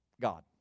God